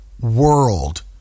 world